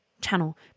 channel